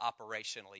operationally